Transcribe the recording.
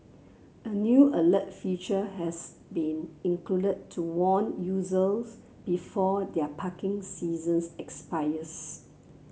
a new alert feature has been included to warn users before their parking sessions expires